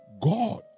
God